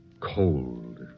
Cold